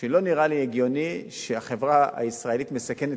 שלא נראה לי הגיוני שהחברה הישראלית מסכנת